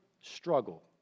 struggle